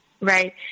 right